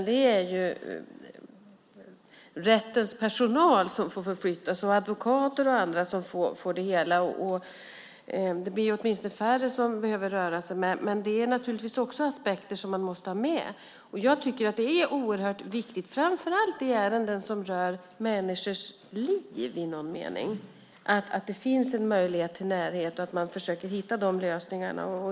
Det är rättens personal, advokater och andra som får förflytta sig. Det blir åtminstone färre som behöver förflytta sig. Detta är naturligtvis också aspekter som vi måste ta med. Jag tycker att det är oerhört viktigt, framför allt i ärenden som rör människors liv i någon mening, att försöka hitta lösningar som ger en möjlighet till närhet.